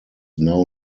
now